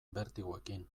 bertigoekin